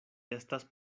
estas